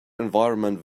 environment